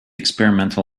experimental